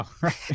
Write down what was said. right